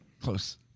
Close